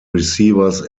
receivers